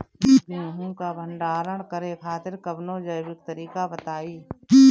गेहूँ क भंडारण करे खातिर कवनो जैविक तरीका बताईं?